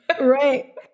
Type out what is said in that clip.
Right